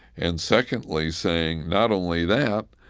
and secondly saying, not only that,